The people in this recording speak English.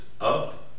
up